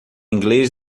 inglês